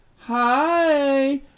hi